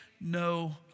no